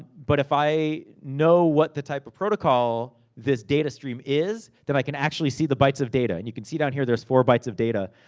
but if i know what the type of protocol this data stream is, than i can actually see the bytes of data. and you can see it on here, there's four bytes of data.